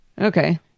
Okay